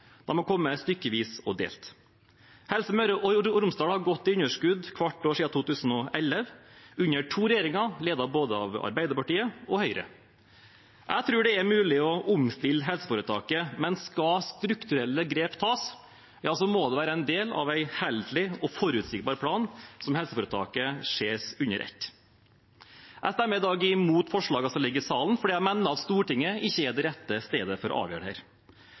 da må det følge med penger og tid. Min kritikk til Helse Møre og Romsdal er at kuttforslagene som kom i vinter, ikke har vært en del av en helhetlig plan. De har kommet stykkevis og delt. Helse Møre og Romsdal har gått med underskudd hvert år siden 2011, under to regjeringer, ledet av både Arbeiderpartiet og Høyre. Jeg tror det er mulig å omstille helseforetaket, men skal strukturelle grep tas, må det være en del av en helhetlig og forutsigbar plan der helseforetaket ses under ett. Jeg stemmer i dag imot